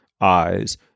eyes